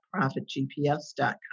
ProfitGPS.com